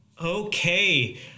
Okay